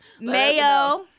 Mayo